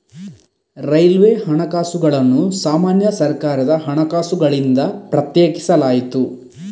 railway ಹಣಕಾಸುಗಳನ್ನು ಸಾಮಾನ್ಯ ಸರ್ಕಾರದ ಹಣಕಾಸುಗಳಿಂದ ಪ್ರತ್ಯೇಕಿಸಲಾಯಿತು